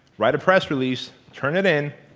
write a press release, turn it in